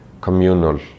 communal